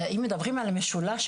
אם מדברים על המשולש,